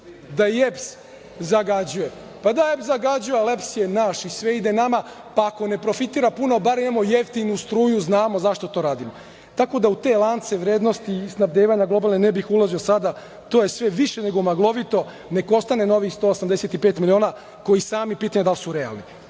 Da, i EPS zagađuje. Da, EPS zagađuje, ali EPS je naš i sve ide nama, pa ako ne profitira puno, bar imamo jeftinu struju. Znamo zašto to radimo. Tako da u te lance vrednosti i snabdevanja, globalne, ne bih ulazio sada. To je sve više nego maglovito. Neka ostane na ovih 185 miliona, a i pitanje je da li su realni. Što